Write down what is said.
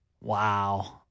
Wow